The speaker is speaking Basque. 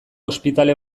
ospitale